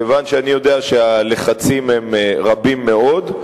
כיוון שאני יודע שהלחצים הם רבים מאוד.